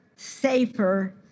safer